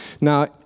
Now